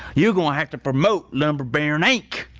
you're gonna have to promote lumber baron inc.